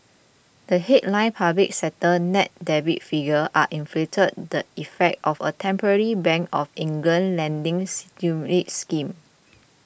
the headline public sector net debt figures are inflated the effect of a temporary Bank of England lending stimulus scheme